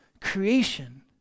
creation